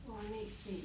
!wah! next week